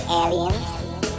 aliens